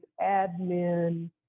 admin